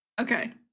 okay